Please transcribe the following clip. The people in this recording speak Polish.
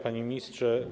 Panie Ministrze!